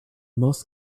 most